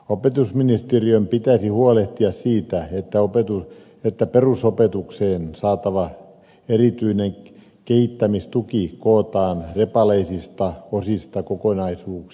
opetusministeriön pitäisi huolehtia siitä että perusopetukseen saatava erityinen kehittämistuki kootaan repaleisista osista kokonaisuuksiksi